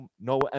no